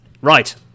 Right